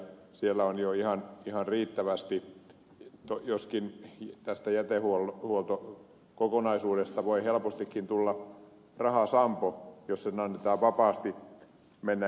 siellä on niitä jo ihan riittävästi joskin tästä jätehuoltokokonaisuudesta voi helpostikin tulla rahasampo jos sen annetaan vapaasti mennä eteenpäin